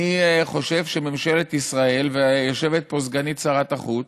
אני חושב שממשלת ישראל, יושבת פה סגנית שר החוץ,